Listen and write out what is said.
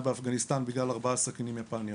באפגניסטן בגלל ארבעה סכינים יפניות...